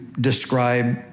Describe